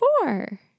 four